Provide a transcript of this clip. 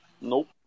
Nope